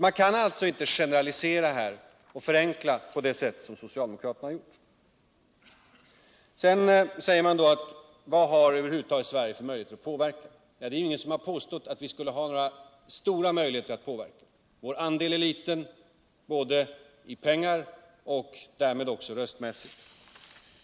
Man kan alltså inte generalisera och förenkla på det sätt som socialdemokraterna har gjort. Vidare ifrågasätter man vilken möjlighet Sverige över huvud taget har att påverka bankens verksamhet. Ingen har påstått att vi skulle ha några stora möjligheter till sådan påverkan. Vår andel är liten både i pengar och därmed också röstmässigt.